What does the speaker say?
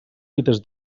fites